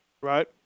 Right